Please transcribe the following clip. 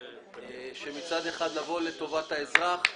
מצד אחד לבוא לטובת האזרח,